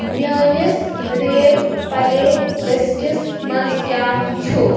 میٲنِس rap playlists منٛز کیٛاہ چُھ